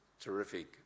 terrific